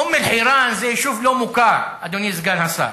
אום-אלחיראן זה יישוב לא מוכר, אדוני סגן השר.